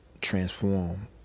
transform